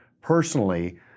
personally